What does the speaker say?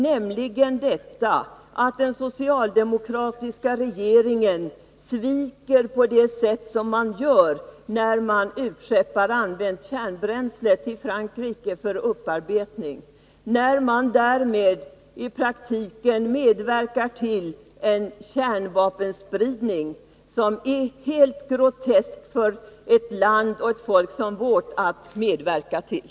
Jag tänker då på det sätt på vilket den socialdemokratiska regeringen sviker, när den låter använt kärnbränsle utskeppas till Frankrike för upparbetning och därmed i praktiken medverkar till en kärnvapenspridning som det är helt groteskt för ett land och ett folk som vårt att medverka till.